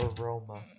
aroma